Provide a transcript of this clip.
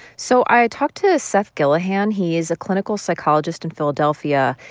so i talked to seth gillihan. he is a clinical psychologist in philadelphia.